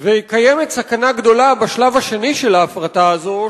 וקיימת סכנה גדולה בשלב השני של ההפרטה הזאת,